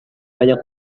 banyak